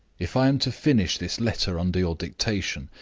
if i am to finish this letter under your dictation,